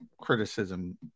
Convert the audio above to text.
criticism